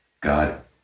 God